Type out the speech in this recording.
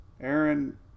Aaron